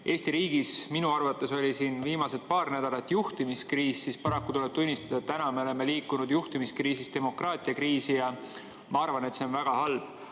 Eesti riigis minu arvates oli viimased paar nädalat juhtimiskriis, siis paraku tuleb tunnistada, et me oleme liikunud juhtimiskriisist demokraatiakriisi. Ma arvan, et see on väga halb.